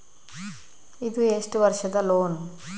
ಇದು ಎಷ್ಟು ವರ್ಷದ ಲೋನ್?